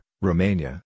Romania